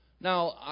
Now